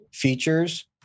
features